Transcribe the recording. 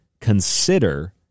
consider